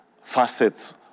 facets